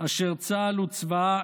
אשר צה"ל הוא צבאה,